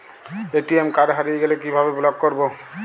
ATM card হারিয়ে গেলে কিভাবে ব্লক করবো?